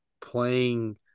playing